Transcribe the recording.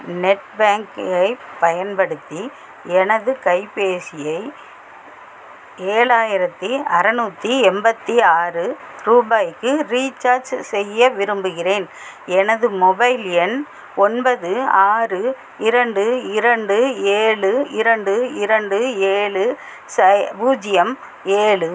net பேங்கைப் பயன்படுத்தி எனது கைபேசியை ஏழாயிரத்தி அறநூற்றி எண்பத்தி ஆறு ரூபாய்க்கு ரீசார்ஜூ செய்ய விரும்புகிறேன் எனது மொபைல் எண் ஒன்பது ஆறு இரண்டு இரண்டு ஏழு இரண்டு இரண்டு ஏழு ஸை பூஜ்ஜியம் ஏழு